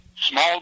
small